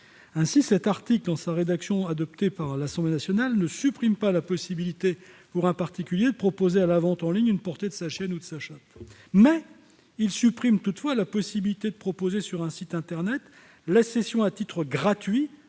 Ainsi, cet article, dans la rédaction adoptée par l'Assemblée nationale, ne supprime pas la possibilité pour un particulier de proposer à la vente en ligne une portée de sa chienne ou de sa chatte. Toutefois, il supprime la possibilité de proposer sur un site internet la cession à titre gratuit